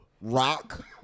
rock